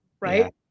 right